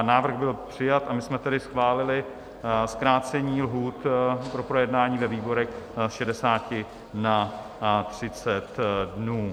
Návrh byl přijat, a my jsme tedy schválili zkrácení lhůt pro projednání ve výborech z 60 na 30 dnů.